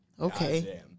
Okay